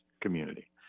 community